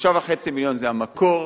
3.5 מיליון זה המקור,